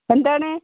എന്താണ്